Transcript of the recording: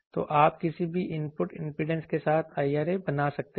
तो आप किसी भी इनपुट इंपीडेंस के साथ IRA बना सकते हैं